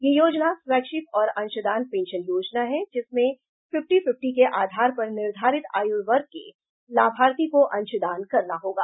यह योजना स्वैच्छिक और अंशदान पेंशन योजना है जिसमें फिफ्टी फिफ्टी के आधार पर निर्धारित आयु वर्ग के लाभार्थी को अंशदान करना होगा